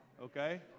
okay